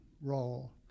role